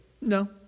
no